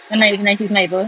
nine nine six nine apa